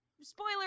spoiler